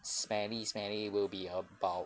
smelly smelly will be about